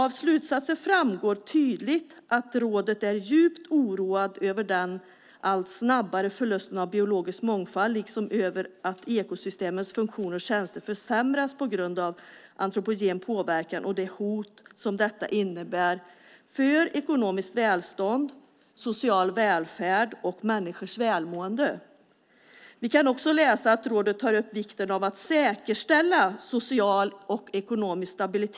Av slutsatserna framgår tydligt att man i rådet är djupt oroad över den allt snabbare förlusten av biologisk mångfald liksom över att ekosystemens funktion och tjänster försämras på grund av antropogen påverkan och det hot som detta innebär mot ekonomiskt välstånd, social välfärd och människors välmående. Vi kan också läsa att rådet tar upp vikten av att säkerställa social och ekonomisk stabilitet.